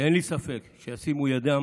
שאין לי ספק שישימו ידם